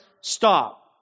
Stop